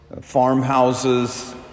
farmhouses